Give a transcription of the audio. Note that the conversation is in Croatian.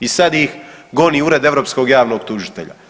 I sad ih goni Ured europskog javnog tužitelja.